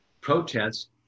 protests